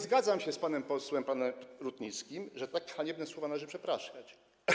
Zgadzam się z panem posłem Rutnickim, że za tak haniebne słowa należy przepraszać.